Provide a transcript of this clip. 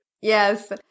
Yes